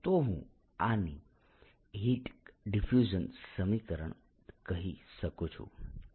તો હું આને હીટ ડીફ્યુઝન સમીકરણ કહી શકું છું